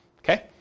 Okay